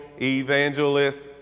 evangelist